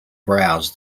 browse